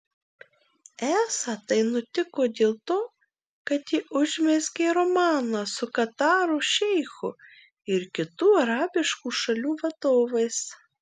esą tai nutiko dėl to kad ji užmezgė romaną su kataro šeichu ir kitų arabiškų šalių vadovais